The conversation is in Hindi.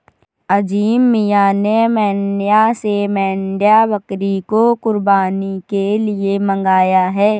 अजीम मियां ने मांड्या से मांड्या बकरी को कुर्बानी के लिए मंगाया है